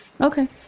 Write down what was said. Okay